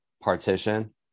partition